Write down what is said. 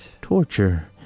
Torture